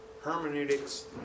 Hermeneutics